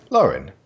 Lauren